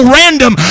random